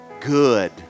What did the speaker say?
good